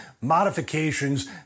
modifications